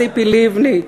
ציפי לבני,